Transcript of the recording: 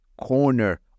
corner